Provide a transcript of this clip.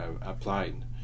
applied